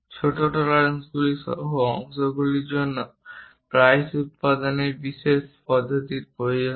ছোট টলারেন্স সহ অংশগুলির জন্য প্রায়শই উত্পাদনের বিশেষ পদ্ধতির প্রয়োজন হয়